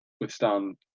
withstand